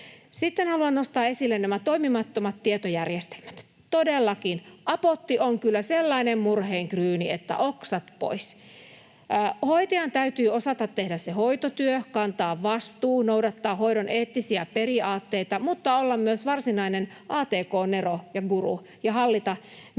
Sitten haluan nostaa esille nämä toimimattomat tietojärjestelmät. Todellakin, Apotti on kyllä sellainen murheenkryyni, että oksat pois. Hoitajan täytyy osata tehdä se hoitotyö, kantaa vastuu, noudattaa hoidon eettisiä periaatteita, mutta olla myös varsinainen atk-nero ja -guru ja hallita ne monimutkaiset